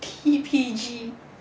T_P_G